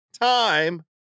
time